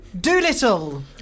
Doolittle